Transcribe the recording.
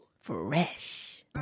fresh